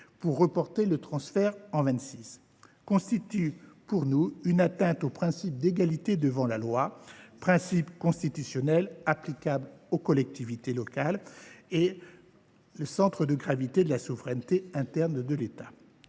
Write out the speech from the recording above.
pour reporter le transfert en 2026, constitue selon nous une atteinte au principe d’égalité devant la loi, principe constitutionnel applicable aux collectivités territoriales et centre de gravité de la souveraineté interne de l’État.